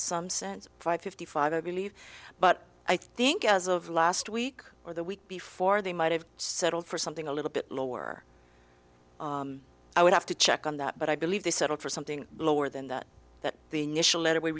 cents five fifty five i believe but i think as of last week or the week before they might have settled for something a little bit lower i would have to check on that but i believe they settled for something lower than that that the initial letter we